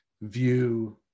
view